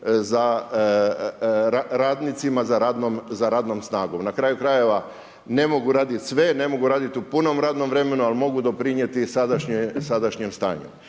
za radnicima za radnom snagom. Na kraju krajeva, ne mogu raditi sve, ne mogu raditi u punom radnom vremenu ali mogu doprinijeti sadašnjem stanju.